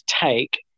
take